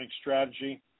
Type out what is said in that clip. strategy